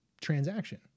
transaction